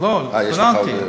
לא, התכוננתי.